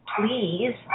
please